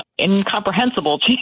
incomprehensible